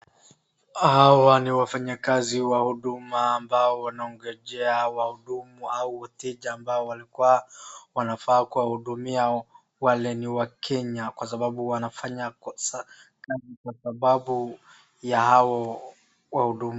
Hawa ni wafanyakazi wa huduma ambao wanangojea wahudumu au wateja ambao walikuwa wanafaa kuwahudumia, wale ni wakenya kwa sababu wanafanya kwa sababu yao wahuduma.